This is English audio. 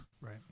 Right